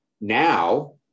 now